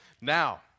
Now